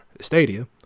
Stadia